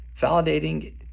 validating